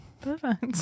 Perfect